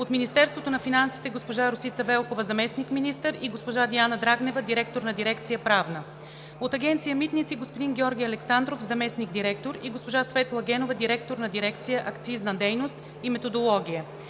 от Министерството на финансите – госпожа Росица Велкова, заместник-министър, и госпожа Диана Драгнева – директор на дирекция „Правна“; от Агенция „Митници“ – господин Георги Александров, заместник-директор, и госпожа Светла Генова – директор на дирекция „Акцизна дейност и методология“;